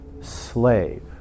slave